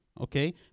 okay